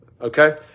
Okay